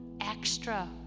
extra